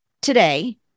today